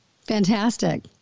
Fantastic